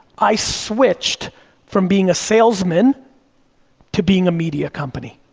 i switched from being a salesman to being a media company.